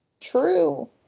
True